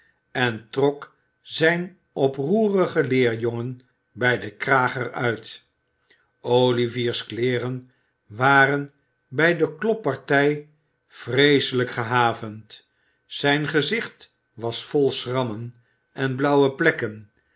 en trok zijn oproerigen leerjongen bij den kraag er uit olivier's kleeren waren bij de kloppartij vreeselij'k gehavend zijn gezicht was vol schrammen en blauwe plekken